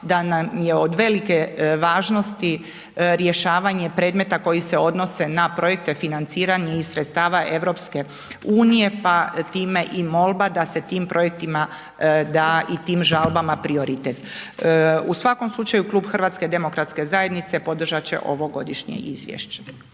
da nam je od velike važnosti rješavanje predmeta koji se odnose na projekte financiranje iz sredstava EU, pa time i molba da se tim projektima da i tim žalbama prioritet. U svakom slučaju Klub HDZ-a podržat će ovo godišnje izvješće.